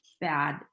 bad